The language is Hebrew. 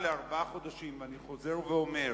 רבותי חברי הכנסת, ברשותכם, חצי הערה אישית.